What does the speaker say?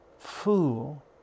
Fool